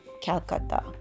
Calcutta